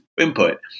input